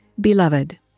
Beloved